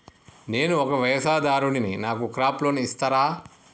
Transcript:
నేను ఒక వ్యవసాయదారుడిని నాకు క్రాప్ లోన్ ఇస్తారా?